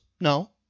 no